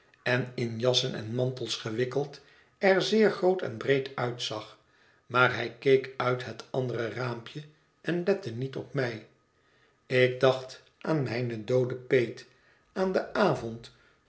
en in jassen en mantels gewikkeld er zeer groot en breed uitzag maar hij keek uit het andere raampje en lette niet op mij ik dacht aan mijne doode peet aan den avond